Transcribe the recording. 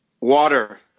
Water